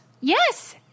Yes